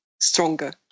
stronger